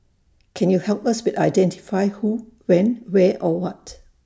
can you help us with identifying who when where or what